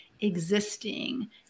existing